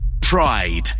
pride